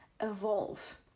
evolve